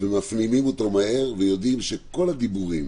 מפנימים אותו מהר ויודעים שכל הדיבורים